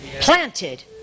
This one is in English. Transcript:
planted